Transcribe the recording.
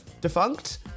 defunct